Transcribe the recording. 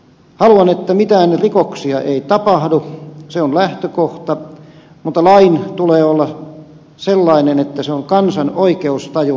haluan että mitään rikoksia ei tapahdu se on lähtökohta mutta lain tulee olla sellainen että se on kansan oikeustajun hyväksymä